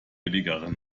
billigere